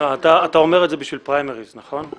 אתה אומר את זה בשביל פריימריז, נכון?